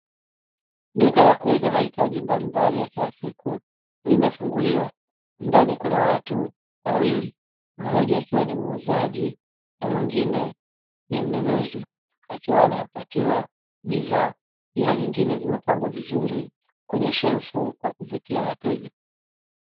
Duka la kuuza mahitaji mbalimbali ya kila siku limefunguliwa, ndani kuna watu wawili mmoja akiwa ni muuzaji na mwingine ni mnunuzi. Akiwa anapatiwa bidhaa, ila nyingine zimepangwa vizuri kwenye shelfu kwa kuvutia wateja.